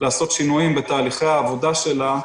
לעשות שינויים בתהליכי העבודה שלה,